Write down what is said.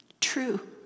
True